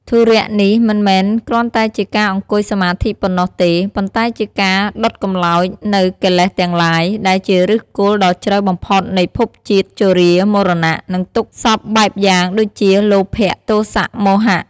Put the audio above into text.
ធុរៈនេះមិនមែនគ្រាន់តែជាការអង្គុយសមាធិប៉ុណ្ណោះទេ ប៉ុន្តែជាការ ដុតកម្លោច នូវកិលេសទាំងឡាយ ដែលជាឫសគល់ដ៏ជ្រៅបំផុតនៃភពជាតិ ជរា មរណៈ និងទុក្ខសព្វបែបយ៉ាង ដូចជា លោភៈ ទោសៈ មោហៈ។